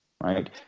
Right